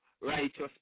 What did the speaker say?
righteous